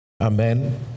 Amen